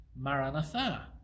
Maranatha